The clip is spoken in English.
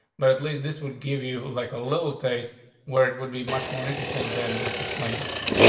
but at least this would give you, like a little taste where it would be much more interesting than just displaying the block.